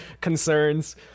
concerns